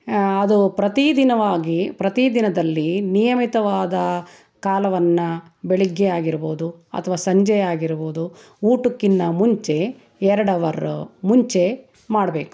ಅದು ಪ್ರತಿದಿನ ಪ್ರತಿದಿನದಲ್ಲಿ ನಿಯಮಿತವಾದ ಕಾಲವನ್ನು ಬೆಳಿಗ್ಗೆ ಆಗಿರ್ಬೋದು ಅಥವಾ ಸಂಜೆ ಆಗಿರ್ಬೋದು ಊಟಕ್ಕಿಂತ ಮುಂಚೆ ಎರಡು ಹವರ್ರು ಮುಂಚೆ ಮಾಡ್ಬೇಕು